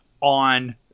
on